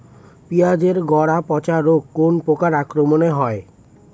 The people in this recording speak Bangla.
পিঁয়াজ এর গড়া পচা রোগ কোন পোকার আক্রমনে হয়?